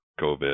COVID